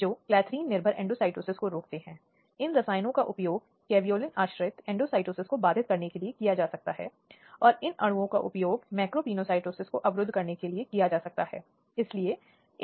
दोबारा धारा 327 जिसे हमने पहले भी बलात्कार के विशिष्ट अपराधों में बंद कमरे में अदालत की अनुमति के बिना इस तरह की कार्यवाही से संबंधित मामले के प्रकाशन पर रोक के रूप में संदर्भित किया था